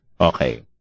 Okay